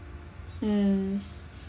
mm